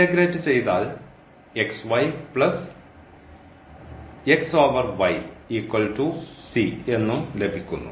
integrate ചെയ്താൽ എന്നും ലഭിക്കുന്നു